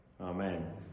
Amen